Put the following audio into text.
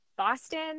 Boston